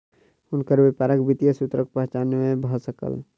हुनकर व्यापारक वित्तीय सूत्रक पहचान नै भ सकल